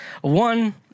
One